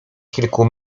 kilku